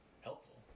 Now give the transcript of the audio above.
helpful